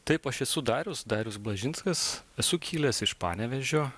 taip aš esu darius darius blažinskas esu kilęs iš panevėžio